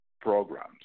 programs